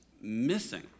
missing